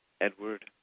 Edward